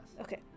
Okay